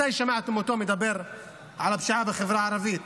מתי שמעתם אותו מדבר על הפשיעה בחברה הערבית?